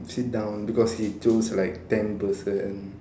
sit down because he choose like ten person